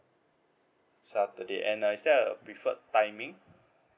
saturday and is there a preferred timing